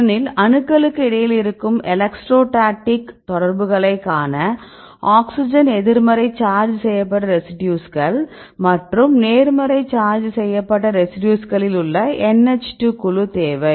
ஏனெனில் அணுக்களுக்கு இடையில் இருக்கும் எலக்ட்ரோஸ்டாட்டிக் தொடர்புகளைக் காண ஆக்ஸிஜன் எதிர்மறை சார்ஜ் செய்யப்பட்ட ரெசிடியூஸ்கள் மற்றும் நேர்மறை சார்ஜ் செய்யப்பட்ட ரெசிடியூஸ்களில் உள்ள NH2 குழு தேவை